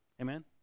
Amen